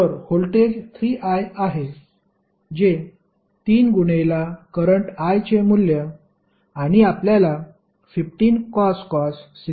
तर voltage 3i आहे जे 3 गुणेला करंट i चे मूल्य आणि आपल्याला 15cos 60πt मिळेल